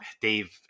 Dave